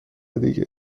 دیگه